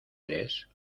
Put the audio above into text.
eres